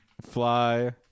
fly